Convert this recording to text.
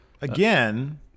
Again